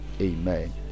Amen